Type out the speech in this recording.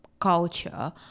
culture